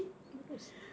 bodoh sia